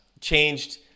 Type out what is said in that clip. changed